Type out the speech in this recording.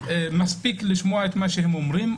מספיק לשמוע את מה שהם אומרים,